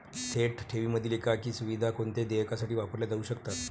थेट ठेवींमधील एकाधिक सुविधा कोणत्याही देयकासाठी वापरल्या जाऊ शकतात